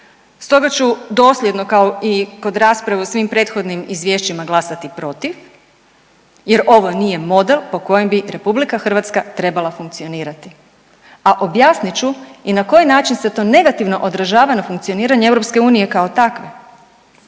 Stoga ću dosljedno kao i kod rasprave u svim prethodnim izvješćima glasati protiv jer ovo nije model po kojem bi RH trebala funkcionirati, a objasnit ću i na koji način se to negativno odražava na funkcioniranje EU kao takve.